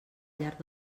llarg